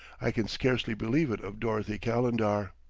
i can scarcely believe it of dorothy calendar.